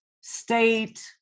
state